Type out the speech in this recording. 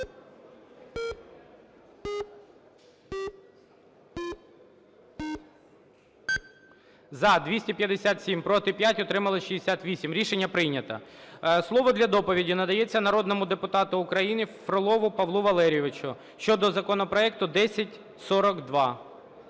За-257 Проти – 5, утримались – 68. Рішення прийнято. Слово для доповіді надається народному депутату України Фролову Павлу Валерійовичу щодо законопроекту 1042.